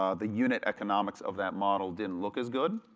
um the unit economics of that model didn't look as good.